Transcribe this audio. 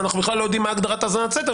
ואנחנו בכלל לא יודעים מה הגדרת האזנת סתר,